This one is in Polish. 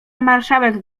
marszałek